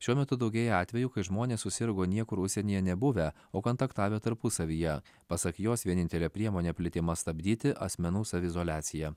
šiuo metu daugėja atvejų kai žmonės susirgo niekur užsienyje nebuvę o kontaktavę tarpusavyje pasak jos vienintelė priemonė plitimą stabdyti asmenų saviizoliacija